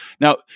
Now